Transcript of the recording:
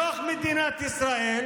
בתוך מדינת ישראל,